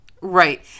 Right